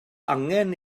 angen